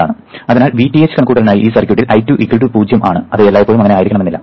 അതിനാൽ Vth കണക്കുകൂട്ടലിനായി ഈ സർക്യൂട്ടിൽ I2 0 ആണ് അത് എല്ലായ്പ്പോഴും അങ്ങനെ ആയിരിക്കണമെന്നില്ല